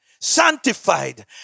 sanctified